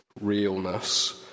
realness